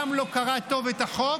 גם לא קראת טוב את החוק,